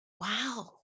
Wow